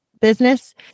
business